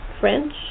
French